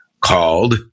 called